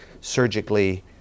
surgically